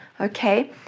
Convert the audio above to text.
okay